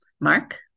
Mark